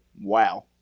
Wow